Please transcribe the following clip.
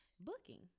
booking